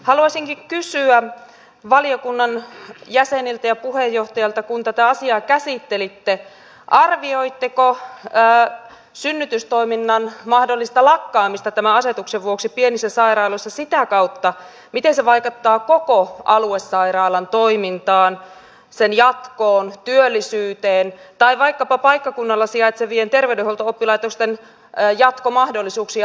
haluaisinkin kysyä valiokunnan jäseniltä ja puheenjohtajalta kun tätä asiaa käsittelitte arvioitteko synnytystoiminnan mahdollista lakkaamista tämän asetuksen vuoksi pienissä sairaaloissa sitä kautta miten se vaikuttaa koko aluesairaalan toimintaan sen jatkoon työllisyyteen tai vaikkapa paikkakunnalla sijaitsevien terveydenhuolto oppilaitosten jatkomahdollisuuksiin ja harjoituspaikkoihin